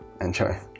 Enjoy